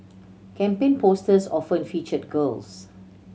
campaign posters often featured girls